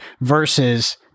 versus